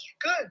good